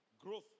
growth